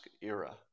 era